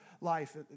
life